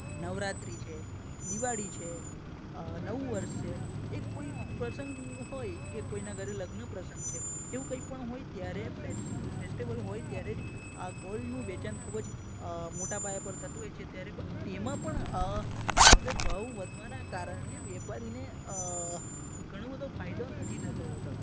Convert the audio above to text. નવરાત્રિ છે દિવાળી છે નવું વર્ષ છે એ કોઈક પ્રસંગ હોય કે કોઈનાં ઘરે લગ્ન પ્રસંગ છે એવું કંઈ પણ હોય ત્યારે ફેસ્ટિવલ હોય ત્યારે જ આ ગોલ્ડનું વેચાણ ખૂબ જ મોટા પાયા પર થતું હોય છે ત્યારે પણ એમાં પણ હવે ભાવ વધવાનાં કારણે વેપારીને ઘણો બધો ફાયદો નથી થતો હોતો